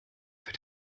für